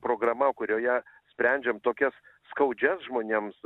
programa kurioje sprendžiam tokias skaudžias žmonėms